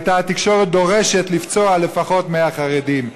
הייתה התקשורת דורשת לפצוע לפחות 100 חרדים.